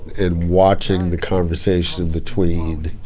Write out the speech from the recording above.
and watching the conversation between